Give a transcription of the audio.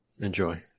enjoy